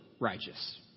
righteous